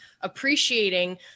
appreciating